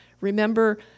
Remember